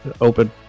open